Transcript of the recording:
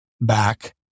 back